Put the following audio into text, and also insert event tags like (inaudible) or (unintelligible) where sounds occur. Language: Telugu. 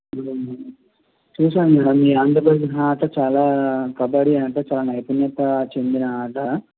(unintelligible) చూశాను మేడం మీ ఆంధ్రప్రదేశ్ ఆట చాలా కబడ్డీ ఆట చాలా నైపుణ్యత చెందిన ఆట